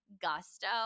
gusto